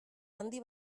handi